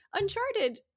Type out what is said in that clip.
Uncharted